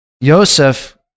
Yosef